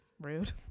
rude